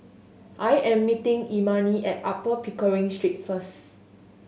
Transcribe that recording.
I am meeting Imani at Upper Pickering Street first